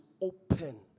open